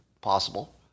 possible